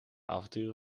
avonturen